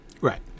Right